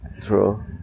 true